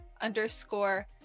underscore